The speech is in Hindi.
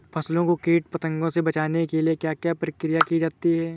फसलों को कीट पतंगों से बचाने के लिए क्या क्या प्रकिर्या की जाती है?